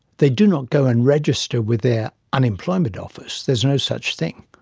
they do not go and register with their unemployment office' there is no such thing.